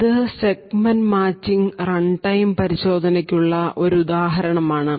ഇത് segment matching runtime പരിശോധനയ്ക്കുള്ള ഒരു ഉദാഹരണമാണ്